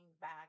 back